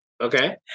Okay